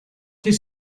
his